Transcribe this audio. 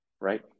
right